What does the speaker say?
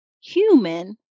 human